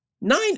Nine